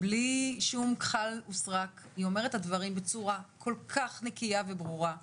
בלי שום כחל וסרק היא אומרת את הדברים בצורה כל כך נקיה וברורה בוועדות,